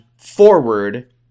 forward